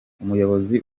umuyobozi